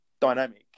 dynamic